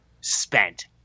spent